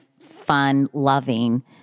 fun-loving